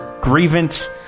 grievance